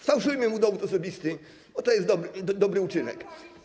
Sfałszujmy mu dowód osobisty, bo to jest dobry uczynek.